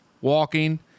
walking